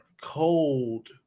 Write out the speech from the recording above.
cold